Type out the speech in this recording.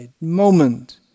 moment